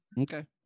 Okay